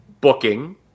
booking